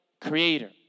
creator